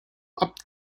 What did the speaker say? abt